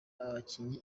abakinnyi